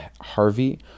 Harvey